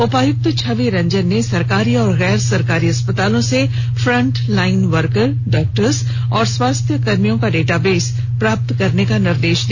उपायुक्त छवि रंजन ने सरकारी और गैर सरकारी अस्पतालों से फ्रंट लाइन वर्कर डॉक्टर्स और स्वास्थ्यकर्मियों का डेटा बेस प्राप्त करने का निर्देश दिया